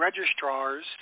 registrars